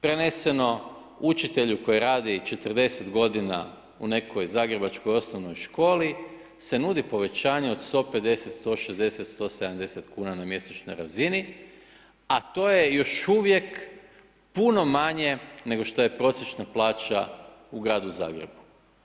Preneseno učitelju koji radi 40 godina u nekoj zagrebačkoj osnovnoj školi se nudi povećanje od 150, 160, 170 kuna na mjesečnoj razini a to je još uvijek puno manje nego što je prosječna plaća u gradu Zagrebu.